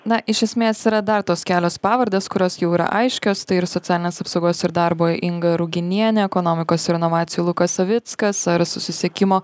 na iš esmės yra dar tos kelios pavardės kurios jau yra aiškios tai ir socialinės apsaugos ir darbo inga ruginienė ekonomikos ir inovacijų lukas savickas ar susisiekimo